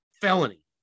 felony